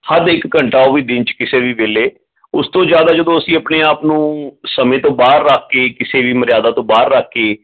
ਹੱਦ ਇੱਕ ਘੰਟਾ ਉਹ ਵੀ ਦਿਨ 'ਚ ਕਿਸੇ ਵੀ ਵੇਲੇ ਉਸ ਤੋਂ ਜ਼ਿਆਦਾ ਜਦੋਂ ਅਸੀਂ ਆਪਣੇ ਆਪ ਨੂੰ ਸਮੇਂ ਤੋਂ ਬਾਹਰ ਰੱਖ ਕੇ ਕਿਸੇ ਵੀ ਮਰਿਆਦਾ ਤੋਂ ਬਾਹਰ ਰੱਖ ਕੇ